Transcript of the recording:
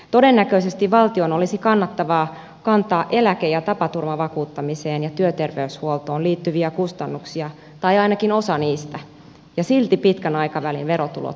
todennäköisesti valtion olisi kannattavaa kantaa eläke ja tapaturmavakuuttamiseen ja työterveyshuoltoon liittyviä kustannuksia tai ainakin osan niistä ja silti pitkän aikavälin verotulot kasvaisivat